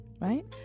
right